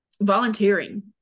volunteering